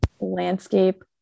Landscape